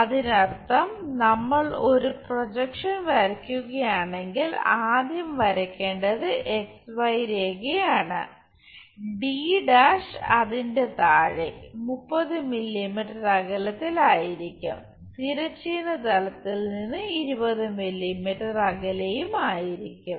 അതിനർത്ഥം നമ്മൾ ഒരു പ്രൊജക്ഷൻ വരയ്ക്കുകയാണെങ്കിൽ ആദ്യം വരയ്ക്കേണ്ടത് രേഖയാണ് d' അതിന്റെ താഴെ 30 മില്ലീമീറ്റർ അകലത്തിൽ ആയിരിക്കും തിരശ്ചീന തലത്തിൽ നിന്ന് 20 മില്ലീമീറ്റർ അകലെയും ആയിരിക്കും